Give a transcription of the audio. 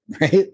right